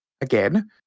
again